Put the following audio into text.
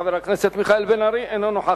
חבר הכנסת מיכאל בן-ארי, אינו נוכח.